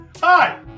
Hi